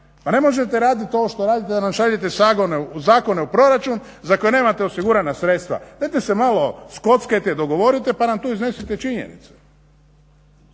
Pa ne možete radit ovo što radite da nam šaljete zakone u proračun za koje nemate osigurana sredstva. Dajte se malo skockajte i dogovorite pa nam tu iznesite činjenice.